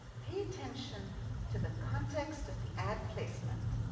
pay attention to the context of the ad placement,